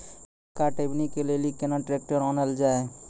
मक्का टेबनी के लेली केना ट्रैक्टर ओनल जाय?